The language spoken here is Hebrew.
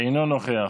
אינו נוכח,